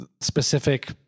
specific